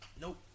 Nope